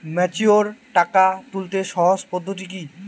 Mature টাকা তুলতে সহজ পদ্ধতি কি?